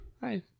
Hi